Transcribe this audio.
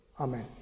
Amen